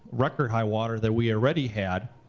record high water that we already had,